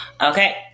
Okay